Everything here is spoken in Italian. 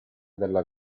della